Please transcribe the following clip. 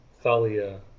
thalia